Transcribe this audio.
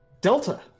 Delta